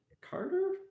Carter